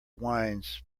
wines